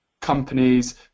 companies